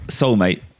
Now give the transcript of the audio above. soulmate